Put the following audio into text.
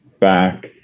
Back